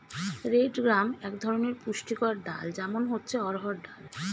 red gram এক ধরনের পুষ্টিকর ডাল, যেমন হচ্ছে অড়হর ডাল